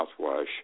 mouthwash